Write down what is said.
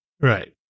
Right